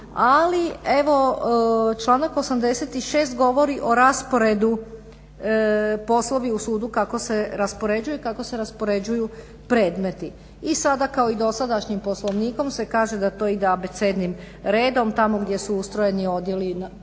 Ali evo članak 86.govori o rasporedu poslovi u sudu kako se raspoređuju i kako se raspoređuju predmeti. I sada kao dosadašnjim poslovnikom se kaže da to ide abecednim redom. Tamo gdje su ustrojeni odjeli prema